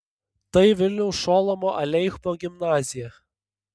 tai vilniaus šolomo aleichemo gimnazija